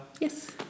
yes